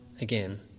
again